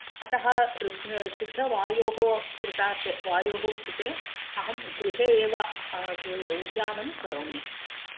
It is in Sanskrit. अतः शुद्धवायोः कृतार्थे वायोः कृते अहं गृहे एव उद्यानं करोमि